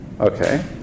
Okay